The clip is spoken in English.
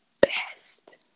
best